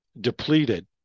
depleted